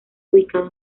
ubicada